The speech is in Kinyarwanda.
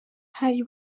hari